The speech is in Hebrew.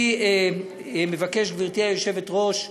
אני מבקש, גברתי היושבת-ראש,